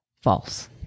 false